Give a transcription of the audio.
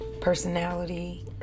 personality